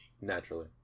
Naturally